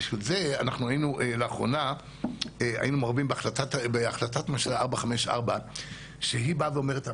ראינו לאחרונה בהחלטה 454 שהיא באה ואומרת,